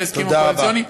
בהסכמים הקואליציוניים.